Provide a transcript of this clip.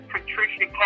Patricia